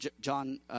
John